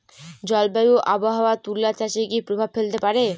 জলবায়ু ও আবহাওয়া তুলা চাষে কি প্রভাব ফেলতে পারে?